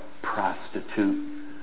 prostitute